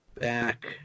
Back